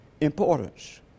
importance